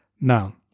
Now